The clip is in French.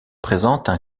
présentent